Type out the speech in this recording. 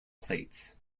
plates